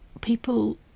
people